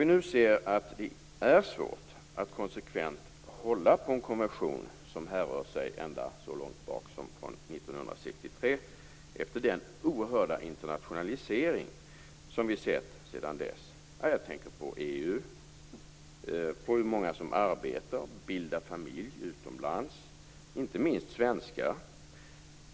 Vi ser nu att det är svårt att konsekvent hålla på en konvention som härrör sig från 1963 efter den oerhörda internationalisering som skett sedan dess. Jag tänker på EU, på hur många som arbetar och bildar familj utomlands, inte minst svenskar.